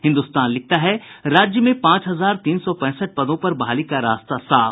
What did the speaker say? हिन्दुस्तान लिखता है राज्य में पांच हजार तीन सौ पैंसठ पदों पर बहाली का रास्ता साफ